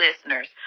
listeners